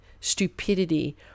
stupidity